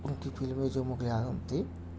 ان کی فلمیں جو مغلِ اعظم تھی